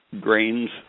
grains